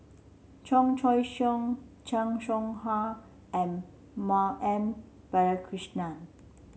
Chan Choy Siong Chan Soh Ha and Ma M Balakrishnan